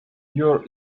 your